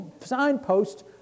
signposts